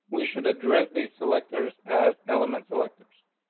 we should address these selectors as element selectors.